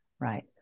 Right